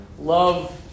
love